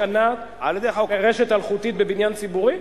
התקנת רשת אלחוטית בבניין ציבורי?